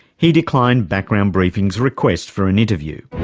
he declined background briefing's request for an interview.